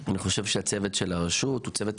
אני חושב שהצוות של הרשות הוא צוות,